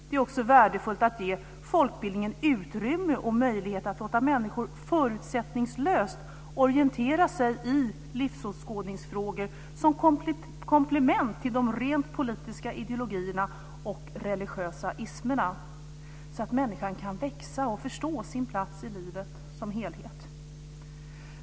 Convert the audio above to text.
Det är också värdefullt att ge folkbildningen utrymme och möjlighet att låta människor förutsättningslöst orientera sig i livsåskådningsfrågor som komplement till de rent politiska ideologierna och religiösa ismerna så att människan kan växa och förstå sin plats i livet som helhet.